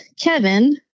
Kevin